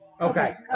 Okay